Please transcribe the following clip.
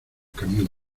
camión